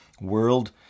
world